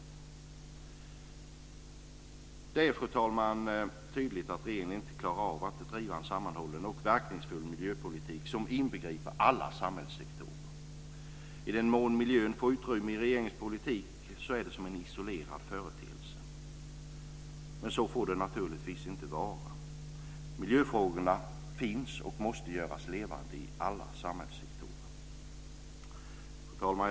Det är, fru talman, tydligt att regeringen inte klarar av att driva en sammanhållen och verkningsfull miljöpolitik som inbegriper alla samhällssektorer. I den mån miljön får utrymme i regeringens politik är det som en isolerad företeelse. Så får det naturligtvis inte vara. Miljöfrågorna finns och måste göras levande i alla samhällssektorer. Fru talman!